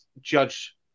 judge